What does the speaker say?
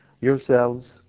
yourselves